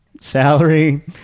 salary